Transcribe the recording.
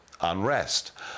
unrest